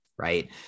right